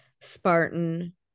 Spartan